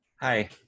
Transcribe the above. Hi